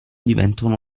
diventano